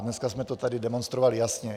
Dneska jsme to tady demonstrovali jasně.